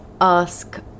ask